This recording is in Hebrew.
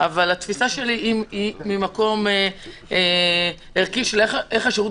אבל התפיסה שלי היא ממקום ערכי איך השירות